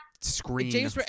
screen